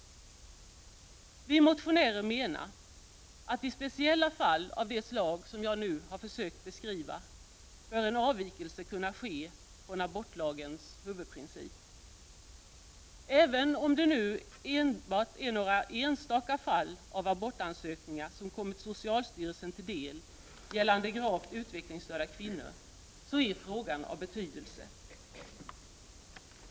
Vi motionärer menar att i speciella fall av de slag som jag har försökt beskriva bör en avvikelse kunna ske från abortlagens huvudprincip. Även om det bara är några enstaka fall av abortansökningar som kommit socialstyrelsen till del gällande gravt utvecklingsstörda kvinnor, så är frågan av betydelse.